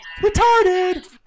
retarded